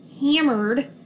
hammered